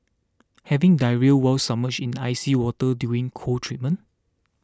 having diarrhoea while submerged in icy water during cold treatment